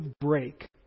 break